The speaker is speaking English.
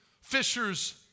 fishers